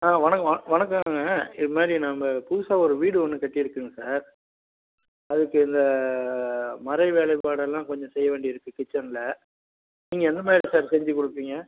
ஆ வணக்கம் வணக்கங்க இதுமாதிரி நாம் புதுசாக ஒரு வீடு ஒன்று கட்டியிருக்கேங்க சார் அதுக்கு இந்த மர வேலைப்பாடடெல்லாம் கொஞ்சம் செய்ய வேண்டி இருக்குது கிச்சனில் நீங்கள் எந்தமாதிரி சார் செஞ்சு கொடுப்பீங்க